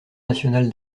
national